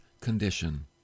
condition